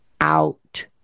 out